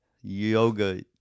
yoga